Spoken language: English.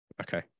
Okay